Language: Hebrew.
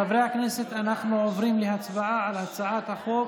חברי הכנסת, אנחנו עוברים להצבעה על הצעת חוק